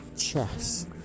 Chess